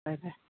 ꯐꯔꯦ ꯐꯔꯦ